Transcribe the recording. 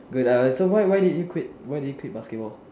good ah so so why did you quit why did you quit basketball